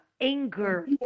anger